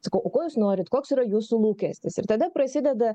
sakau o ko jūs norit koks yra jūsų lūkestis ir tada prasideda